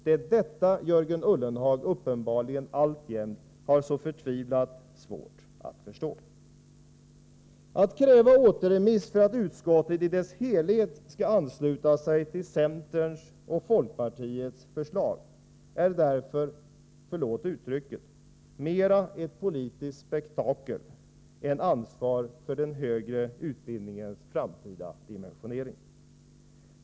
Det är detta Jörgen Ullenhag uppenbarligen alltjämt har så förtvivlat svårt att förstå. Att kräva återremiss för att utskottet i dess helhet skall ansluta sig till centerns och folkpartiets förslag är därför — förlåt uttrycket — mera ett politiskt spektakel än ett uttryck för ansvar för den högre utbildningens framtida dimensionering.